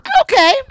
Okay